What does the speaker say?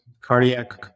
cardiac